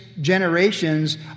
generations